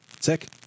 Sick